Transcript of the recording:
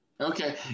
Okay